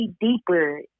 deeper